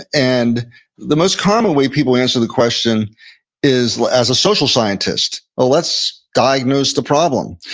and the most common way people answer the question is as a social scientist. well, let's diagnose the problem.